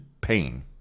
pain